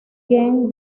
gen